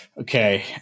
okay